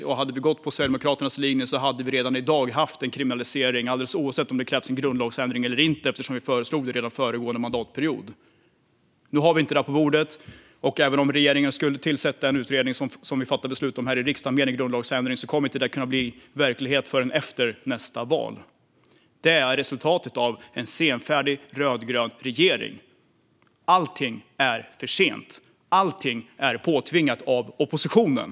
Om man hade gått på Sverigedemokraternas linje hade det redan i dag funnits en kriminalisering, alldeles oavsett om det krävts en grundlagsändring eller inte. Vi föreslog nämligen detta redan under föregående mandatperiod. Nu har vi inte detta på bordet. Även om regeringen skulle tillsätta en utredning om en grundlagsändring som vi i riksdagen fattar beslut om kommer detta inte att kunna bli verklighet förrän efter nästa val. Detta är resultatet av en senfärdig rödgrön regering. Allting är för sent. Allting är påtvingat av oppositionen.